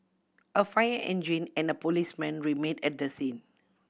a fire engine and a policeman remained at the scene